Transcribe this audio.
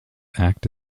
act